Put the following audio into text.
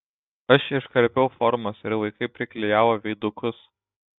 aš iškarpiau formas ir vaikai priklijavo veidukus